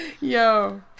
Yo